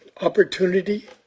opportunity